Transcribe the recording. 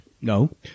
No